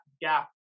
gap